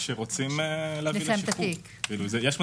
היום יותר מכל פעם אחרת